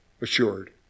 Assured